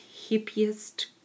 hippiest